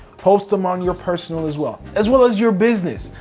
post them on your personal as well, as well as your business,